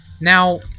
Now